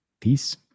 Peace